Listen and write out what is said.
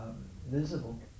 visible